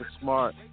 Smart